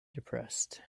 depressed